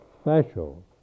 special